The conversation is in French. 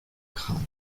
crâne